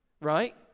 Right